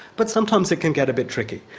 but sometimes it can get a bit tricky.